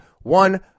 one